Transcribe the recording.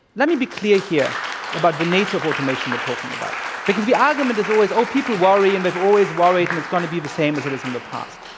let me be clear here about the nature of automation we're talking about, because the argument is always, oh, people worry, and they've always worried, and it's going to be the same as it is in the past.